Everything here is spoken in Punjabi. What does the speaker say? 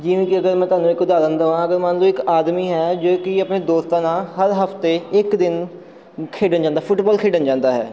ਜਿਵੇਂ ਕਿ ਅਗਰ ਮੈਂ ਤੁਹਾਨੂੰ ਇੱਕ ਉਦਾਹਰਨ ਦੇਵਾਂ ਅਗਰ ਮੰਨ ਲਉ ਇੱਕ ਆਦਮੀ ਹੈ ਜੋ ਕਿ ਆਪਣੇ ਦੋਸਤਾਂ ਨਾਲ ਹਰ ਹਫਤੇ ਇੱਕ ਦਿਨ ਖੇਡਣ ਜਾਂਦਾ ਫੁੱਟਬੋਲ ਖੇਡਣ ਜਾਂਦਾ ਹੈ